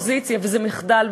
וזה מחדל,